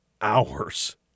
hours